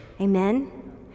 Amen